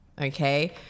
okay